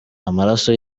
amaraso